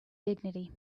dignity